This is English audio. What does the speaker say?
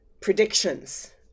predictions